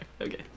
Okay